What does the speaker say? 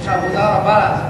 יש עבודה רבה.